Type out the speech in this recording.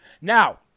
Now